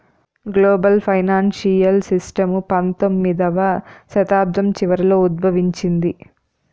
global financial system పంతొమ్మిదవ శతాబ్దం చివరలో ఉద్భవించింది